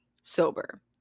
sober